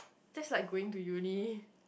that's like going to uni